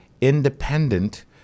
independent